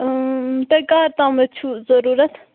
تۄہہِ کَر تام چھُو ضروٗرَت